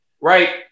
right